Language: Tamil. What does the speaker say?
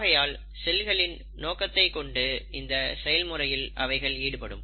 ஆகையால் செல்களில் நோக்கத்தைக் கொண்டு இந்த செயல்முறையில் அவைகள் ஈடுபடும்